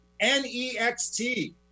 N-E-X-T